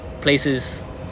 places